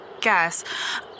guess